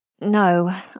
No